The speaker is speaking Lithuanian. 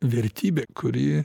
vertybė kuri